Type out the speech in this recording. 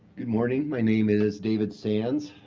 good morning, my name is david sands.